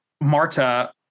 marta